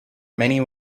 many